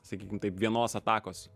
sakykim taip vienos atakos